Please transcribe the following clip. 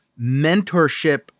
mentorship